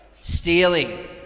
Stealing